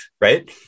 right